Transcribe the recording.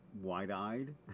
wide-eyed